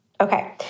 Okay